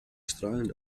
strahlend